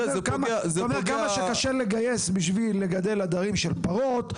אתה אומר כמה שקשה לגייס בשביל עדרים של פרות,